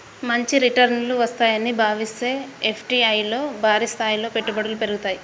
మంచి రిటర్నులు వస్తాయని భావిస్తే ఎఫ్డీఐల్లో భారీస్థాయిలో పెట్టుబడులు పెరుగుతాయి